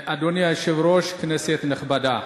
אדוני היושב-ראש, כנסת נכבדה,